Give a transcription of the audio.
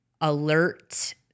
alert